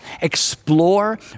explore